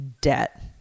debt